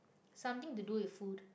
something to do with food